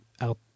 out